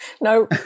No